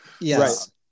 Yes